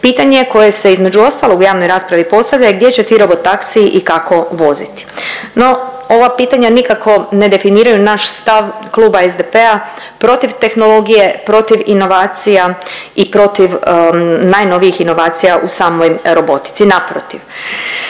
pitanje koje se između ostalog u javnoj raspravi postavlja i gdje će ti robotaksiji i kako voziti. No, ova pitanja nikako ne definiraju naš stav Kluba SDP-a protiv tehnologije, protiv inovacija i protiv najnovijih inovacija u samoj robotici, naprotiv.